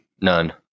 None